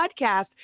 podcast